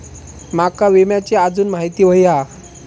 माका विम्याची आजून माहिती व्हयी हा?